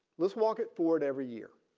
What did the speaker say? let's walk it forward every year